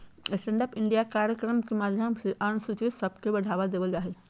stand up India कार्यक्रम के माध्यम से अनुसूचित सब के बढ़ावा देवल जा हय